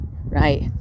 Right